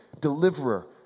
deliverer